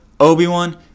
Obi-Wan